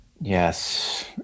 yes